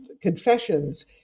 confessions